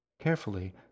Carefully